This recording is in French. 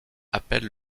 appelle